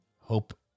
Hope